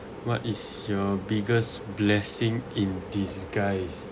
what is your biggest blessing in disguise